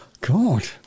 God